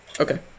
Okay